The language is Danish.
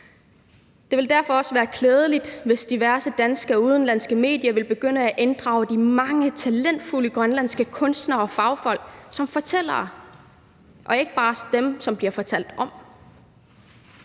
Det vil derfor også være klædeligt, hvis diverse danske og udenlandske medier ville begynde at inddrage de mange talentfulde grønlandske kunstnere og fagfolk som fortællere og ikke bare som dem, som der bliver fortalt om.